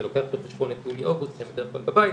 זה לוקח בחשבון את יולי-אוגוסט שהם בדרך כלל בבית,